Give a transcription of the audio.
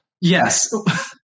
Yes